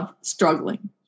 struggling